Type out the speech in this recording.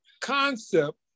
concept